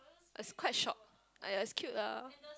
is quite short !aiya! it's cute lah